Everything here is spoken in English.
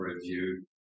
review